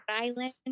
Island